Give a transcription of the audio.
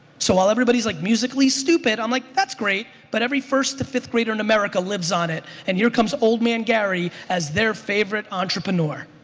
so while everybody's like musical ly's stupid i'm like that's great but every first to fifth-grader in america lives on it and here comes old man gary as their favorite entrepreneur.